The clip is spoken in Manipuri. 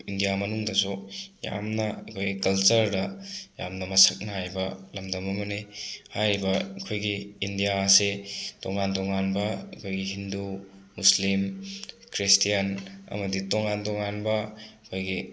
ꯏꯟꯗꯤꯌꯥ ꯃꯅꯨꯡꯗꯁꯨ ꯌꯥꯝꯅ ꯑꯩꯈꯣꯏꯒꯤ ꯀꯜꯆꯔꯗ ꯌꯥꯝꯅ ꯃꯁꯛ ꯅꯥꯏꯕ ꯂꯝꯗꯝ ꯑꯃꯅꯤ ꯍꯥꯏꯔꯤꯕ ꯑꯩꯈꯣꯏꯒꯤ ꯏꯟꯗꯤꯌꯥ ꯑꯁꯤ ꯇꯣꯉꯥꯟ ꯇꯣꯉꯥꯟꯕ ꯑꯩꯈꯣꯏꯒꯤ ꯍꯤꯟꯗꯨ ꯃꯨꯁꯂꯤꯝ ꯈ꯭ꯔꯤꯁꯇ꯭ꯌꯥꯟ ꯑꯃꯗꯤ ꯇꯣꯉꯥꯟ ꯇꯣꯉꯥꯟꯕ ꯑꯩꯈꯣꯏꯒꯤ